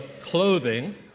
clothing